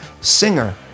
singer